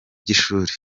by’ishuri